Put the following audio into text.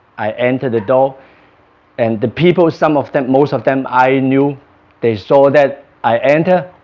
i entered the door and the people some of them most of them i knew they saw that i enter